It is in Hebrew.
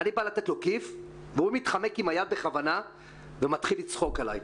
אני בא לתת לו כיף והוא מתחמק עם היד בכוונה ומתחיל לצחוק עליי.